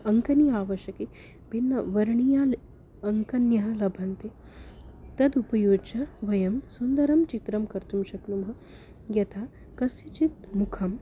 अङ्कनी आवश्यकी भिन्नवर्णीयाः ल् अङ्कन्यः लभ्यन्ते ताः उपयुज्य वयं सुन्दरं चित्रं कर्तुं शक्नुमः यथा कस्यचित् मुखं